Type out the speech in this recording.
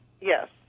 Yes